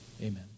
amen